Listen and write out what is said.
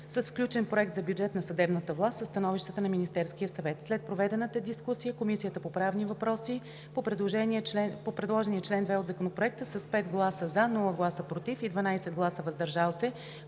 с включен Проект за бюджет на съдебната власт със становището на Министерския съвет. След проведената дискусия Комисията по правни въпроси: По предложения чл. 2 от Законопроекта: - с 5 гласа „за“, без „против“ и 12 гласа „въздържал се“,